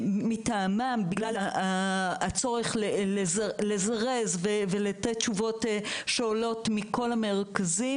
בגלל הצורך לזרז ולתת תשובות שעולות מכל המרכזים